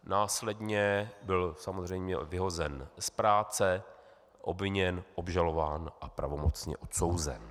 Následně byl samozřejmě vyhozen z práce, obviněn, obžalován a pravomocně odsouzen.